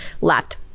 left